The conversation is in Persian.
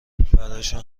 براشون